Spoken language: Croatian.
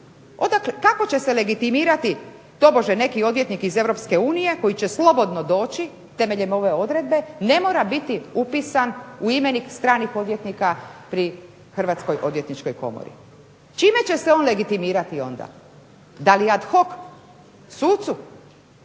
Kako će se legitimirati tobože neki odvjetnik iz Europske unije koji će slobodno doći temeljem ove odredbe, ne mora biti upisan u imenik stranih odvjetnika pri Hrvatskoj odvjetničkoj komori. Čime će se on legitimirati onda, da li ad hoc sucu,